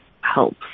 helps